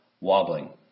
wobbling